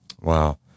Wow